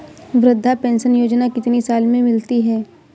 वृद्धा पेंशन योजना कितनी साल से मिलती है?